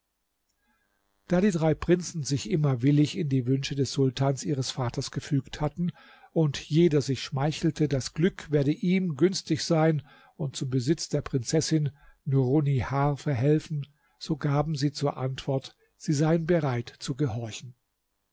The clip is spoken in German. da die drei prinzen sich immer willig in die wünsche des sultans ihres vaters gefügt hatten und jeder sich schmeichelte das glück werde ihm günstig sein und zum besitz der prinzessin nurunnihar verhelfen so gaben sie zur antwort sie seien bereit zu gehorchen